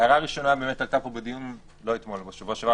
ההערה הראשונה עלתה פה בדיון בשבוע שעבר,